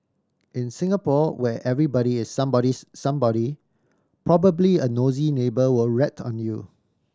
in Singapore where everybody is somebody's somebody probably a nosy neighbour will rat on you